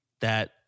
that-